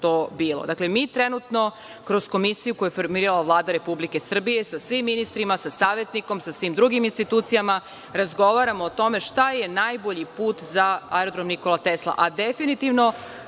bilo. Dakle, mi trenutno kroz komisiju koju je formirala Vlada Republike Srbije, sa svim ministrima, sa savetnikom, sa svim drugim institucijama, razgovaramo o tome šta je najbolji put za Aerodrom „Nikola Tesla“,